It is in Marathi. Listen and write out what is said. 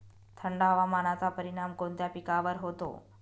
थंड हवामानाचा परिणाम कोणत्या पिकावर होतो?